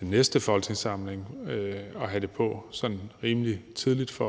den næste folketingssamling og have det på sådan rimelig tidligt –